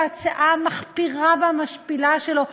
בהצעה המחפירה והמשפילה שלו,